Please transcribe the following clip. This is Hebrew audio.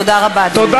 תודה רבה, אדוני.